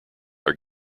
are